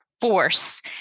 force